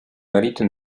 marito